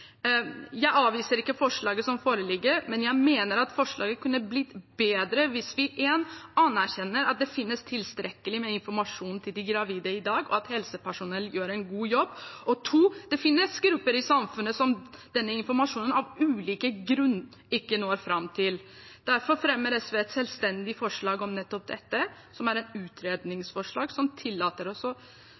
Jeg avviser ikke forslaget som foreligger, men jeg mener at det kunne blitt bedre hvis vi for det første anerkjenner at det finnes tilstrekkelig med informasjon til de gravide i dag, og at helsepersonell gjør en god jobb. For det andre finnes det grupper i samfunnet som denne informasjonen av ulike grunner ikke når fram til. Derfor fremmer SV et selvstendig forslag om nettopp dette – et utredningsforslag som tillater